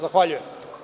Zahvaljujem.